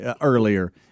earlier